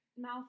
mouth